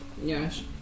Yes